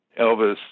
Elvis